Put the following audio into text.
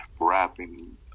rapping